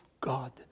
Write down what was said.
God